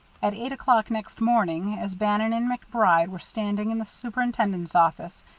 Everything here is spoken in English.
at eight o'clock next morning, as bannon and macbride were standing in the superintendent's office,